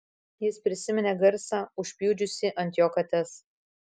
jis prisiminė garsą užpjudžiusį ant jo kates